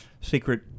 secret